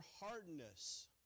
hardness